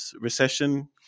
recession